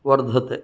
वर्धते